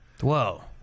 Whoa